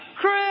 Chris